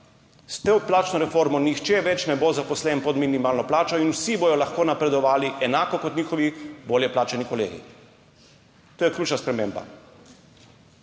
S to plačno reformo nihče več ne bo zaposlen pod minimalno plačo in vsi bodo lahko napredovali enako kot njihovi bolje plačani kolegi. To je ključna sprememba.